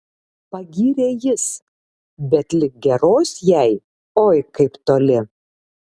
pagyrė jis bet lig geros jai oi kaip toli